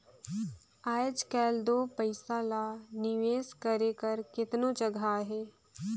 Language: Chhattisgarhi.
आएज काएल दो पइसा ल निवेस करे कर केतनो जगहा अहे